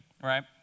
right